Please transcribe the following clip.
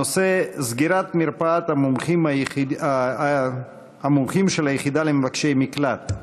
הנושא: סגירת מרפאת המומחים של היחידה למבקשי מקלט.